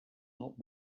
not